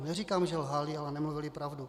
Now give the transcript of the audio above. Neříkám, že lhali, ale nemluvili pravdu.